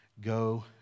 go